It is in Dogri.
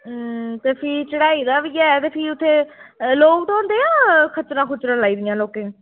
ते फ्ही चढ़ाई दा बी ऐ ते फ्ही उत्थै लोक ढोंदे जां खच्चरां खुच्चरां लाई दियां लोकें